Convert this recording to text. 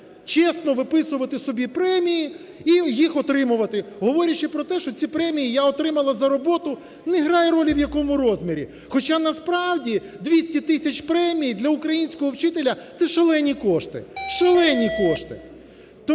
чесно виписувати собі премії і їх отримувати, говорячи про те, що ці премії я отримала за роботу не грає ролі в якому розмірі", хоча насправді 200 тисяч премії для українського вчителя, це шалені кошти, шалені кошти.